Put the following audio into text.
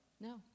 No